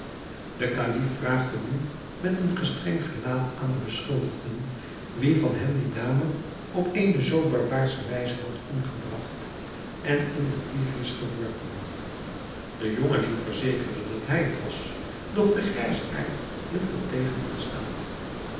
de kalif vraagde nu met een gestreng gelaat aan de beschuldigden wie van hen die dame op eene zoo barbaarsche wijze had omgebragt en in den tigris geworpen de jongeling verzekerde dat hij het was doch de grijsaard hield het tegendeel staande